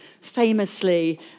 famously